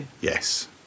yes